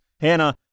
Hannah